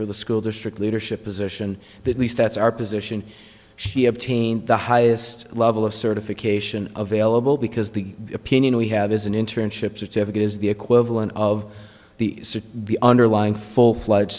for the school district leadership position that least that's our position she obtained the highest level of certification available because the opinion we have is an internship certificate is the equivalent of the suit the underlying full fl